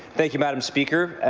thank you madam speaker.